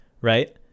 right